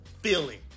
feeling